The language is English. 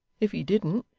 if he didn't,